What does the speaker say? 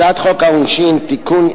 הצעת חוק העונשין (תיקון,